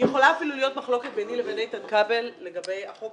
יכולה אפילו להיות מחלוקת ביני לבין איתן כבל לגבי החוק,